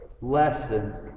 lessons